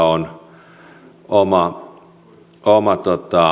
on oma oma